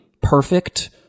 perfect